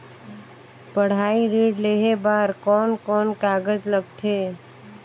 पढ़ाई ऋण लेहे बार कोन कोन कागज लगथे?